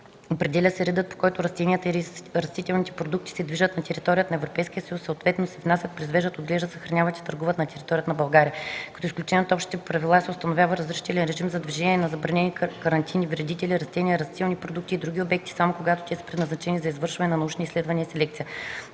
Определя се редът, по който растенията и растителните продукти се движат на територията на Европейския съюз, съответно се внасят, произвеждат, отглеждат, съхраняват и търгуват на територията на България. Като изключение от общите правила се установява разрешителен режим за движение на забранени карантинни вредители, растения, растителни продукти и други обекти, само когато те са предназначени за извършване на научни изследвания и селекция.